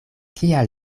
kial